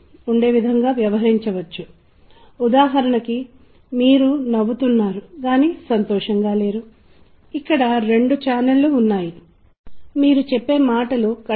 కాబట్టి మేము ఈ విషయాలలో కొన్నింటి గురించి చాలా ప్రాథమిక స్థాయిలో మాట్లాడుతాము మనం కొన్ని సర్వేలని చేస్తాము మనం ఇప్పుడే అచ్చటికి వెళ్తున్నాము మీరు ఆ సర్వేలను చేయవచ్చు